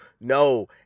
No